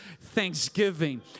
thanksgiving